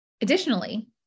Additionally